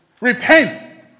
Repent